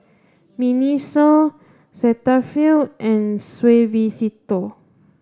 Miniso Cetaphil and Suavecito